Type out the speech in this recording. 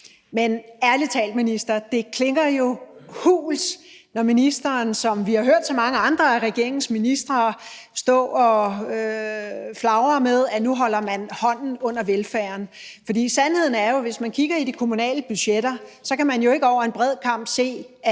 Men ærlig talt, minister, klinger det jo hult, når ministeren, som vi har hørt så mange andre af regeringens ministre gøre, står og flagrer med, at nu holder man hånden under velfærden. For sandheden er jo, at hvis man kigger i de kommunale budgetter, kan man ikke over en bred kam se, at